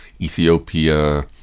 Ethiopia